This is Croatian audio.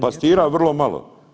pastira vrlo malo.